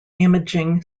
imaging